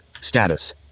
Status